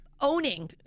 owning